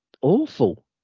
awful